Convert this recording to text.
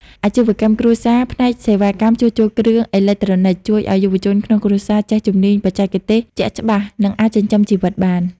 អាជីវកម្មគ្រួសារផ្នែកសេវាកម្មជួសជុលគ្រឿងអេឡិចត្រូនិច ជួយឱ្យយុវជនក្នុងគ្រួសារចេះជំនាញបច្ចេកទេសជាក់ច្បាស់ និងអាចចិញ្ចឹមជីវិតបាន។